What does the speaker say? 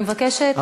אני מבקשת,